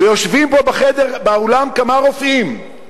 ויושבים באולם כמה רופאים,